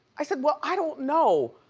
i said, well, i don't know.